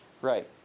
Right